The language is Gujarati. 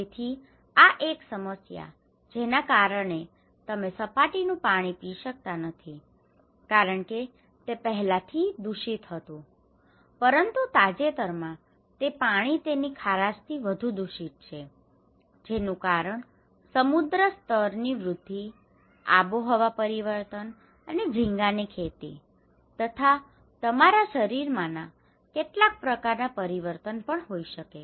તેથી આ એક સમસ્યા જેના કારણે તમે સપાટીનું પાણી પી શકતા નથી કારણ કે તે પહેલાથી દૂષિત હતું પરંતુ તાજેતરમાં તે પાણી તેની ખારાશથી વધુ દૂષિત છે જેનું કારણ સમુદ્ર સ્તરની વૃદ્ધિ આબોહવા પરિવર્તન અને ઝીંગાની ખેતી તથા તમારા શરીરમાંના કેટલાક પ્રકારનાં પરિવર્તન હોઈ શકે છે